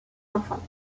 enfants